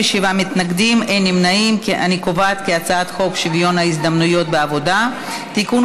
הצעת חוק שוויון ההזדמנויות בעבודה (תיקון,